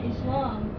Islam